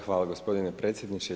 Hvala gospodine predsjedniče.